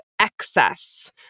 excess